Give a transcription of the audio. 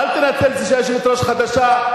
אל תנצל את זה שהיושבת-ראש חדשה.